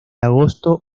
agosto